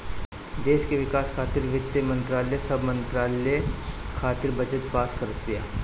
देस के विकास खातिर वित्त मंत्रालय सब मंत्रालय खातिर बजट पास करत बिया